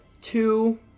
two